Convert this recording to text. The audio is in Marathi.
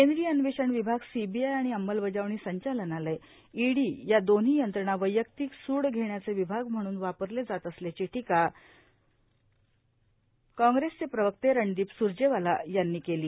केंद्रीय अन्वेशण विभाग सीबीआय आणि अंमलबजावणी संचालनालय ईडी या दोन्ही यंत्रणा वैयक्तिक सूड घेण्याचे विभाग म्हणून वापरले जात असल्याची टीका काँग्रेस प्रवक्ते रणदीप सुरजेवाला यांनी केली आहे